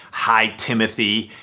hi timothy.